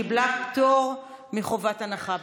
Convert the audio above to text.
קיבלה פטור מחובת הנחה.